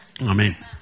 Amen